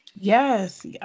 Yes